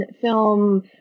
film